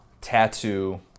tattoo